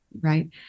right